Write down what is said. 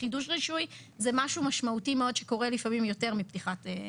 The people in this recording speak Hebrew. חידוש רישוי זה משהו משמעותי מאוד שקורה לפעמים יותר מפתיחת,